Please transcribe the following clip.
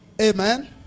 Amen